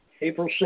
April